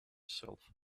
itself